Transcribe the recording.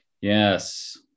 Yes